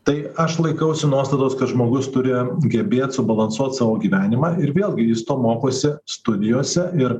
tai aš laikausi nuostatos kad žmogus turi gebėt subalansuot savo gyvenimą ir vėlgi jis to mokosi studijose ir